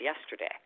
yesterday